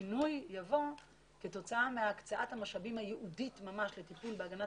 השינוי יבוא כתוצאה מהקצאת המשאבים הייעודית ממש ליפול בהגנת